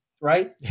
right